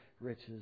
riches